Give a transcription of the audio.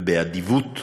ובאדיבות,